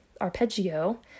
arpeggio